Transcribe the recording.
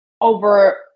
over